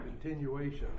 continuation